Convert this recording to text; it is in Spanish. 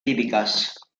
típicas